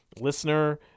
listener